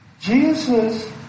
Jesus